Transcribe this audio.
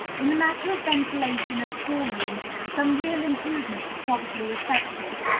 in the matter of ventilation of school-rooms some real improvement was probably effected